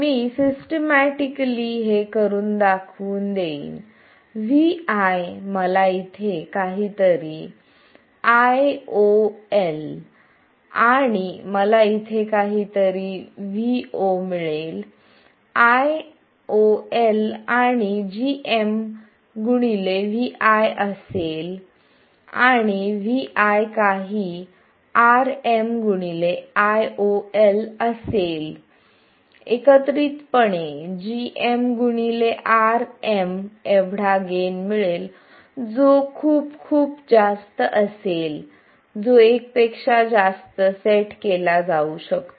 मी systematically हे असे दाखवून देईनVi मला इथे काहीतरी Io1 आणि मला तिथे काहीतरी Vo मिळेल आणि Io1 काही gmVi असेल आणि Voकाही RmIo1 असेल एकत्रितपणे gm Rm एवढा गेन मिळेल जो खूप खूप जास्त असेल जो एक पेक्षा जास्त सेट केला जाऊ शकतो